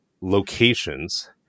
locations